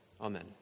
Amen